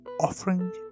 offering